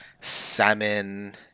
salmon